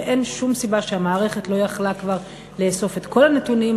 שאין שום סיבה לכך שהמערכת לא יכלה כבר לאסוף את כל הנתונים,